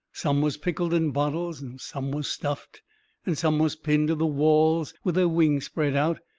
some was pickled in bottles and some was stuffed and some was pinned to the walls with their wings spread out.